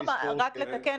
רק לתקן.